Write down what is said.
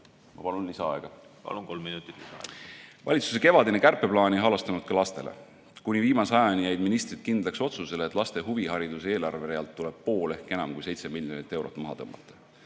minutit lisaaega. Palun, kolm minutit lisaaega. Valitsuse kevadine kärpeplaan ei halastanud ka lastele. Kuni viimase ajani jäid ministrid kindlaks otsusele, et laste huvihariduse eelarverealt tuleb pool summast ehk enam kui 7 miljonit eurot maha tõmmata.